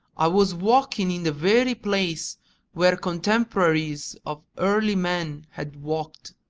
i was walking in the very place where contemporaries of early man had walked!